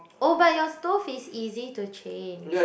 oh but your stove is easy to change